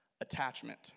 attachment